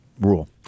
rule